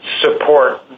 support